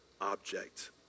object